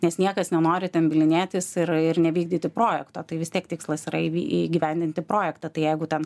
nes niekas nenori ten bylinėtis ir ir nevykdyti projekto tai vis tiek tikslas raibi įgyvendinti projektą tai jeigu tam